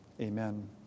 Amen